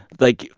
like,